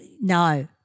No